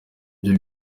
ibyo